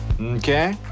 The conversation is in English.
okay